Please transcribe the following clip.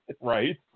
right